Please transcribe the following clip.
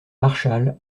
marshal